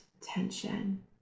tension